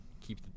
keep